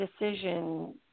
decision